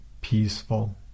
peaceful